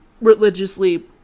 religiously